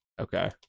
Okay